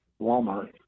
walmart